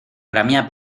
premiar